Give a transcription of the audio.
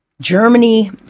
germany